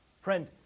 Friend